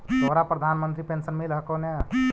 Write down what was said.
तोहरा प्रधानमंत्री पेन्शन मिल हको ने?